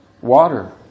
water